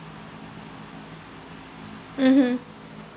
mmhmm